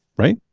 right?